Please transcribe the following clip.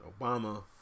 Obama